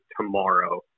tomorrow